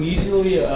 Usually